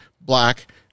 black